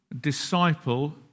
disciple